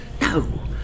no